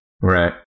Right